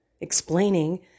explaining